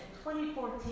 2014